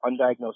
undiagnosed